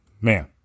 Man